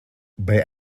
bei